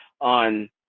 on